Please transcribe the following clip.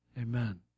amen